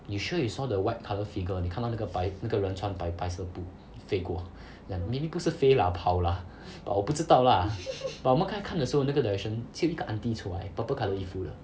you sure you saw the white colour figure 你看到那个白那个人穿穿白色的布飞过 ya maybe 不是飞啦跑啦 but 我不知道啦 but 我们刚看的时候那个 direction 只有一个 auntie 出来 purple colour 衣服的